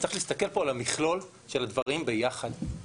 צריך להסתכל פה על המכלול של הדברים ביחד,